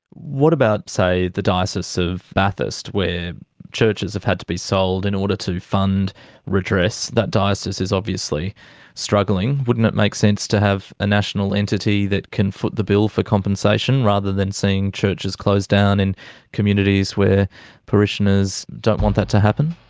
what about, say, the diocese of bathurst where churches have had to be sold in order to fund redress, that diocese is obviously struggling. wouldn't it make sense to have a national entity entity that can foot the bill for compensation rather than seeing churches closed down in communities where parishioners don't want that to happen?